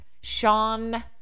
Sean